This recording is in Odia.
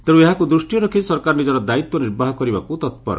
ତେଣୁ ଏହାକୁ ଦୂଷ୍ଟିରେ ରଖି ସରକାର ନିକର ଦାୟିତ୍ୱ ନିର୍ବାହ କରିବାକୁ ତତ୍ପର